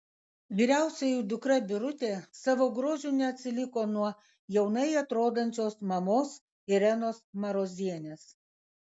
vyriausioji dukra birutė savo grožiu neatsiliko nuo jaunai atrodančios mamos irenos marozienės